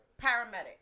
Paramedic